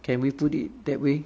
can we put it that way